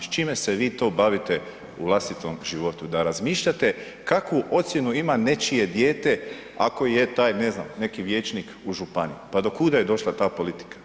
S čime se vi to bavite u vlastitom životu da razmišljate kakvu ocjenu ima nečije dijete ako je taj ne znam neki vijećnik u županiji, pa do kuda je došla ta politika?